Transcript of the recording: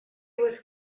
was